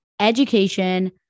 education